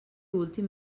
últim